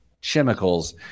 chemicals